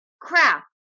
crap